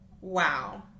wow